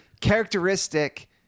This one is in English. characteristic